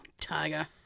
Tiger